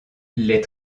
les